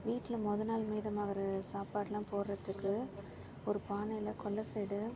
வீட்டில முத நாள் மீதமாகிற சாப்பாடுலாம் போடுறத்துக்கு ஒரு பானையில் கொல்லை சைடு